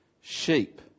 sheep